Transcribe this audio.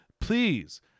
Please